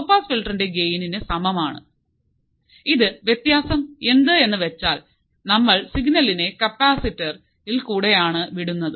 law pass ഫിൽറ്ററിന്റെ gain ഇന് സമാനമാണ് ഒരു വ്യത്യാസം എന്ത് എന്ന് വച്ചാൽ നമ്മൾ സിഗ്നലിനെ കപ്പാസിറ്റർ ഇൽ കൂടെയാണ് ആണ് വിടുന്നത്